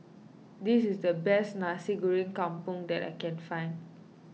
this is the best Nasi Goreng Kampung that I can find